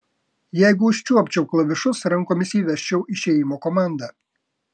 jeigu užčiuopčiau klavišus rankomis įvesčiau išėjimo komandą